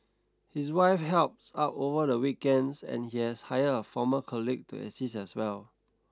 his wife helps out over the weekends and he has hired a former colleague to assist as well